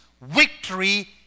victory